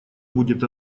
будет